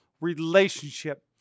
relationship